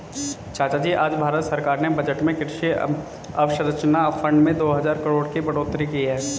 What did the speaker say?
चाचाजी आज भारत सरकार ने बजट में कृषि अवसंरचना फंड में दो हजार करोड़ की बढ़ोतरी की है